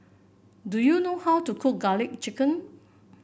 do you know how to cook garlic chicken